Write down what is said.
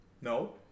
No